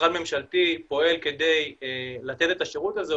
ומשרד ממשלתי פועל כדי לתת את השירות הזה,